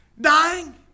dying